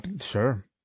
Sure